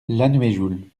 lanuéjouls